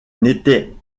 n’était